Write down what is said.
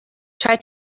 try